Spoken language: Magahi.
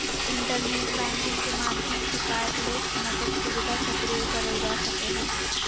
इंटरनेट बैंकिंग के माध्यम से कार्डलेस नकद सुविधा सक्रिय करल जा सको हय